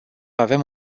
avem